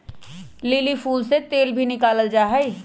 lily फूल से तेल भी निकाला जाहई